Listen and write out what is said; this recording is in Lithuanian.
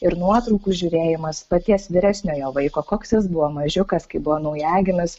ir nuotraukų žiūrėjimas paties vyresniojo vaiko koks jis buvo mažiukas kai buvo naujagimis